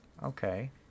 Okay